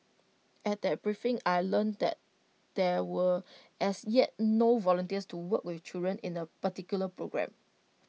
at that briefing I learnt that there were as yet no volunteers to work with children in A particular programme